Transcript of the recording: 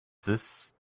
this